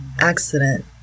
accident